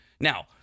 now